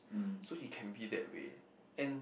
so he be that way and